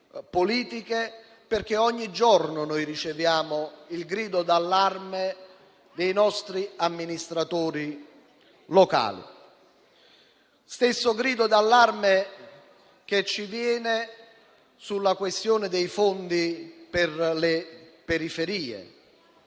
politiche, perché ogni giorno tutti noi riceviamo il grido d'allarme dei nostri amministratori locali. E lo stesso grido d'allarme ci viene sulla questione dei fondi per le periferie,